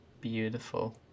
Beautiful